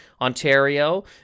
ontario